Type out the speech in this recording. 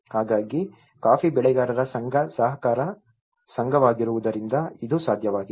ಹಾಗಾಗಿ ಕಾಫಿ ಬೆಳೆಗಾರರ ಸಂಘ ಸಹಕಾರ ಸಂಘವಾಗಿರುವುದರಿಂದ ಇದು ಸಾಧ್ಯವಾಗಿದೆ